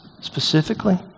specifically